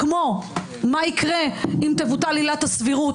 כמו מה יקרה אם תבוטל עילת הסבירות,